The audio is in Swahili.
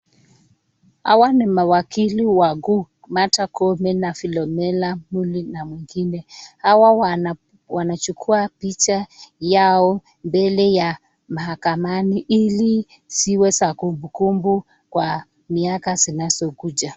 Hawa ni mawakili wakuu, Martha Koome na Philomena Muli na mwingine, hawa wanachukua picha yao mbele ya mahakamani ili ziwe za kumbukumbu kwa miaka zinazokuja.